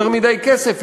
יותר מדי כסף,